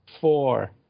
Four